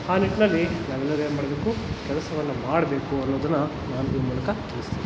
ಆ ನಿಟ್ಟಿನಲ್ಲಿ ನಾವೆಲ್ಲರೂ ಏನ್ಮಾಡಬೇಕು ಕೆಲಸವನ್ನು ಮಾಡಬೇಕು ಅನ್ನೋದನ್ನ ನಾನು ಈ ಮೂಲಕ ತಿಳಿಸ್ತೀನಿ